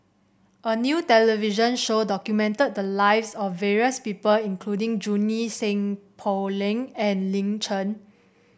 a new television show documented the lives of various people including Junie Sng Poh Leng and Lin Chen